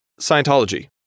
Scientology